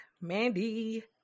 Mandy